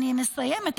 אני מסיימת,